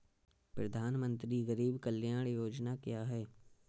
प्रधानमंत्री गरीब कल्याण योजना क्या है?